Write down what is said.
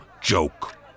joke